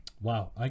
Wow